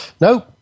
No